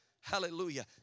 Hallelujah